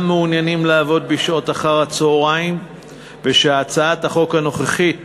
מעוניינים לעבוד בשעות אחר-הצהריים ושהצעת החוק הנוכחית